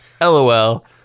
LOL